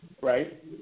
right